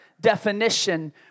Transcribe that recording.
definition